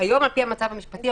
כיום על פי המצב המשפטי,